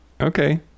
Okay